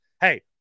Hey